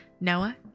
noah